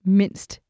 mindst